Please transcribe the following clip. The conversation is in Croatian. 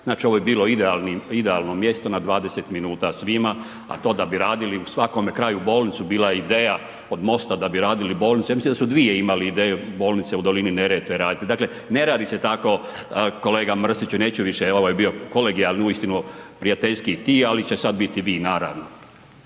Znači ovo je bilo idealno mjesto na 20 minuta svima, a to da bi radili u svakome kraju bolnicu bila je ideja od MOST-a da bi radili bolnice. Ja mislim da su imali dvije ideje bolnice u Dolini Neretve raditi, dakle ne radi se tako. Kolega Mrsiću, ovo je bilo kolegijalno uistinu prijateljski ti, ali će sada bi vi naravno.